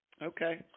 Okay